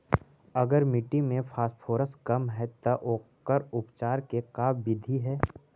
अगर मट्टी में फास्फोरस कम है त ओकर उपचार के का बिधि है?